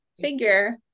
figure